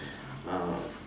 uh